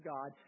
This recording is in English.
God